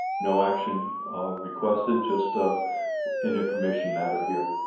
no action requested just um an information matter here.